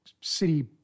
city